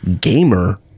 Gamer